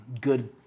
good